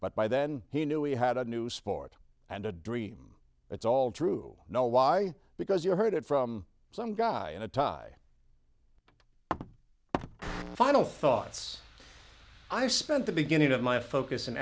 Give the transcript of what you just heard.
but by then he knew we had a new sport and a dream it's all true no why because you heard it from some guy in a tie final thoughts i spent the beginning of my focus